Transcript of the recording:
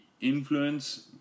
influence